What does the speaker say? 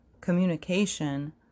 communication